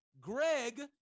Greg